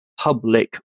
public